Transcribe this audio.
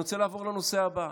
אני רוצה לעבור לנושא הבא.